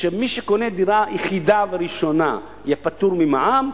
שמי שקונה דירה יחידה וראשונה יהיה פטור ממע"מ,